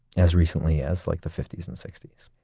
as recently as like the fifty s and sixty s.